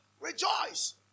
Rejoice